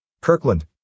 Kirkland